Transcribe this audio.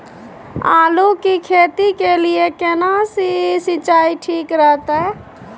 आलू की खेती के लिये केना सी सिंचाई ठीक रहतै?